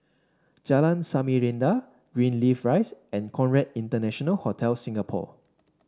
Jalan Samarinda Greenleaf Rise and Conrad International Hotel Singapore